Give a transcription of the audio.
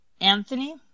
Anthony